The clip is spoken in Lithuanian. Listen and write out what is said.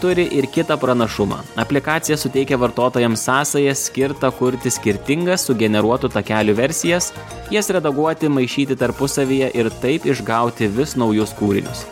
turi ir kitą pranašumą aplikacija suteikia vartotojams sąsają skirtą kurti skirtingas sugeneruotų takelių versijas jas redaguoti maišyti tarpusavyje ir taip išgauti vis naujus kūrinius